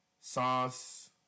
Sauce